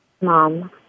Mom